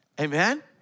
Amen